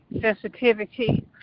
sensitivity